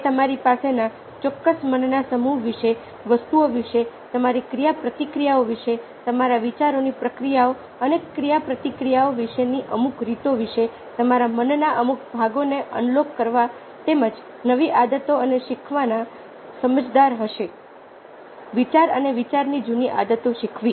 તે તમારી પાસેના ચોક્કસ મનના સમૂહો વિશે વસ્તુઓ વિશે તમારી ક્રિયાપ્રતિક્રિયાઓ વિશે તમારા વિચારોની પ્રક્રિયાઓ અને ક્રિયાપ્રતિક્રિયાઓ વિશેની અમુક રીતો વિશે તમારા મનના અમુક ભાગોને અનલૉક કરવામાં તેમજ નવી આદતો અને શીખવામાં સમજદાર હશે વિચાર અને વિચારની જૂની આદતો શીખવી